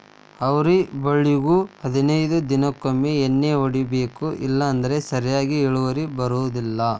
ಅವ್ರಿ ಬಳ್ಳಿಗು ಹದನೈದ ದಿನಕೊಮ್ಮೆ ಎಣ್ಣಿ ಹೊಡಿಬೇಕ ಇಲ್ಲಂದ್ರ ಸರಿಯಾಗಿ ಇಳುವರಿ ಬರುದಿಲ್ಲಾ